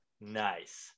nice